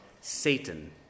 Satan